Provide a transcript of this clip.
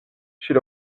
chez